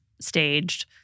staged